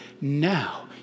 now